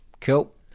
cool